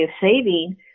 saving